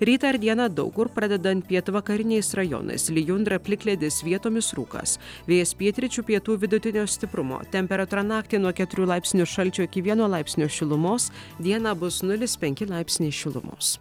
rytą ir dieną daug kur pradedant pietvakariniais rajonais lijundra plikledis vietomis rūkas vėjas pietryčių pietų vidutinio stiprumo temperatūra naktį nuo keturių laipsnių šalčio iki vieno laipsnio šilumos dieną bus nulis penki laipsniai šilumos